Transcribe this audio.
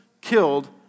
killed